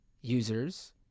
users